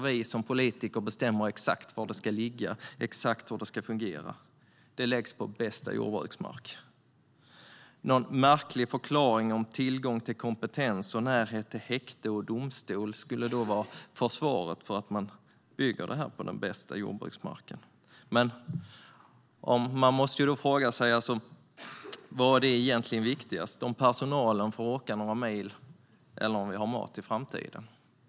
Vi politiker bestämmer exakt var det ska ligga och hur det ska fungera, och vi lägger det på bästa jordbruksmark. Någon märklig förklaring om tillgång till kompetens och närhet till häkte och domstol skulle vara försvar för att man bygger det här på den bästa jordbruksmarken. Men man måste fråga sig: Vad är egentligen viktigast? Att personalen får åka några mil eller om vi har mat i framtiden?